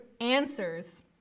answers